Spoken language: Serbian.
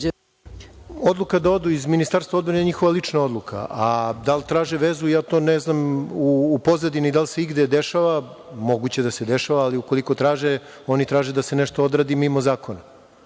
Odluka da odu iz Ministarstva odbrane je njihova lična odluka, a da li traže vezu ja to ne znam, u pozadini da li se igde dešava. Moguće da se dešava, ali ukoliko traže oni traže da se nešto odradi mimo zakona.